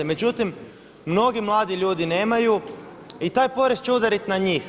Međutim, mnogi mladi ljudi nemaju i taj porez će udariti na njih.